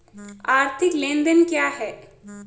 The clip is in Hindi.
आर्थिक लेनदेन क्या है?